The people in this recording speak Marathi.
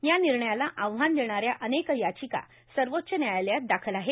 या निर्णयाला आव्हान देणाऱ्या अनेक याचिका सर्वोच्च न्यायालयात दाखल आहेत